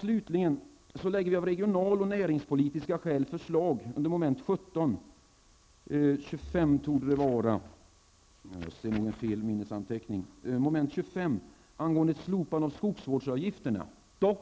Slutligen framlägger vi av regional och näringspolitiska skäl förslag under moment 25 angående ett slopande av skogsvårdsavgifterna